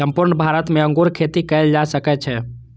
संपूर्ण भारत मे अंगूर खेती कैल जा सकै छै